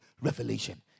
revelation